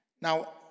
Now